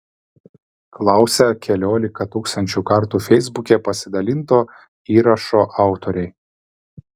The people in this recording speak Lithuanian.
klausia keliolika tūkstančių kartų feisbuke pasidalinto įrašo autoriai